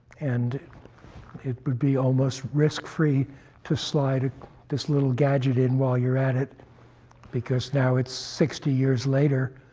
and it would be almost risk-free to slide this little gadget in while you're at it because now it's sixty years later,